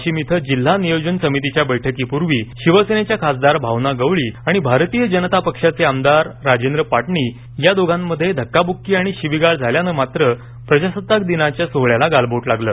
वाशीम इथं जिल्हा नियोजन समितीच्या बैठकीपूर्वी शिवसेनेच्या खासदार भावना गवळी आणि भारतीय जनता पक्षाचे आमदार राजेंद्र पाटणी या दोघांमध्ये धक्काव्ककी आणि शिवीगाळ झाल्यान मात्र प्रजासत्ताक दिनाच्या सोहळ्याला गालवोट लागलं